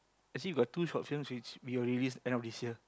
actually we got two short film which we will release end of this year